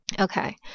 Okay